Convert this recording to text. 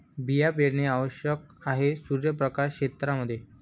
बिया पेरणे आवश्यक आहे सूर्यप्रकाश क्षेत्रां मध्ये